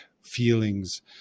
feelings